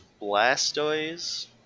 Blastoise